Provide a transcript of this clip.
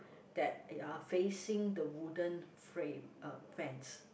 that are facing the wooden frame uh fence